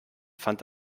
fand